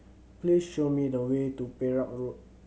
please show me the way to Perak Road